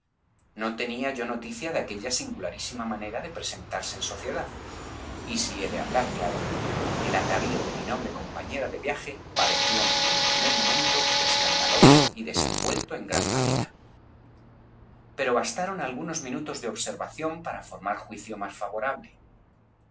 no tenía yo noticia de aquella singularísima manera de presentarse en sociedad y si he de hablar claro el atavío de mi noble compañera de viaje parecióme en el primer momento escandaloso y desenvuelto en gran manera pero bastaron algunos minutos de observación para formar juicio más favorable